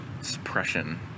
suppression